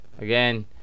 Again